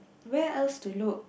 where else to look